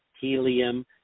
helium